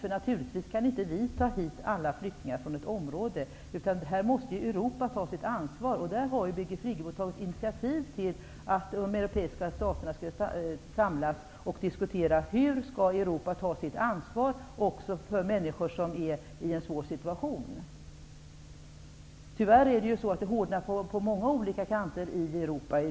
Vi kan naturligtvis inte ta hit alla flyktingar från ett område, utan Europa måste ta sitt ansvar. Birgit Friggebo har ju tagit initiativ till att de europeiska staterna skulle samlas för att diskutera hur Europa skall ta sitt ansvar också för människor som är i en svår situation. Tyvärr hårdnar det i dag på många olika kanter i Europa.